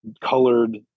colored